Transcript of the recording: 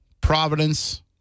Providence